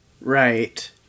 Right